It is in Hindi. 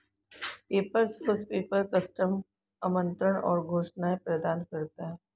पेपर सोर्स पेपर, कस्टम आमंत्रण और घोषणाएं प्रदान करता है